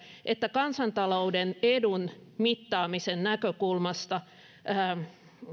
että kansantalouden edun mittaamisen näkökulmasta